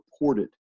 reported